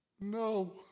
No